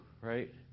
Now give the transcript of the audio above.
Right